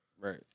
Right